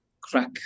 crack